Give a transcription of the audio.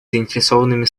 заинтересованными